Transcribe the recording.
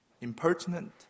impertinent